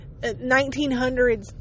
1900s